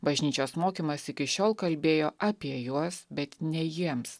bažnyčios mokymas iki šiol kalbėjo apie juos bet ne jiems